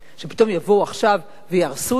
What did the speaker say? שפתאום יבואו עכשיו ויהרסו את זה?